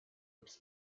its